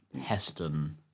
Heston